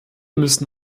müssen